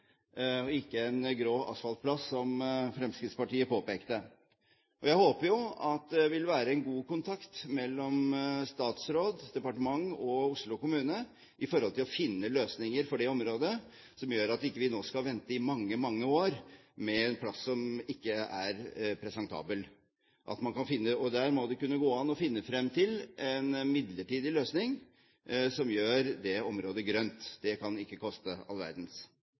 og ikke en grå asfaltplass, som Fremskrittspartiet påpekte. Jeg håper jo at det vil være god kontakt mellom statsråd, departement og Oslo kommune når det gjelder å finne løsninger for det området, som gjør at vi nå ikke må vente i mange år, med en plass som ikke er presentabel. Der må det kunne gå an å finne frem til en midlertidig løsning som gjør det området grønt – det kan ikke koste all